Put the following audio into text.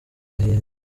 gahinda